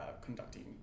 conducting